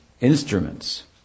instruments